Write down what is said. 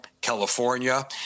California